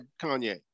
Kanye